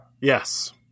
Yes